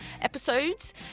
episodes